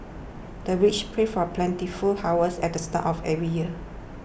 the villagers pray for plentiful harvest at the start of every year